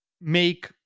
make